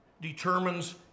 determines